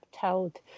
told